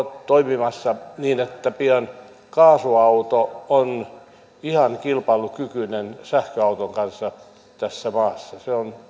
toimimassa niin että pian kaasuauto on ihan kilpailukykyinen sähköauton kanssa tässä maassa se on